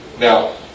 Now